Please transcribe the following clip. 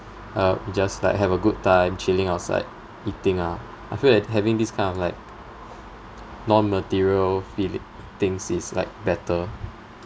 uh just like have a good time chatting outside eating ah I feel that having this kind of like non material feeling things is like better